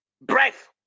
breath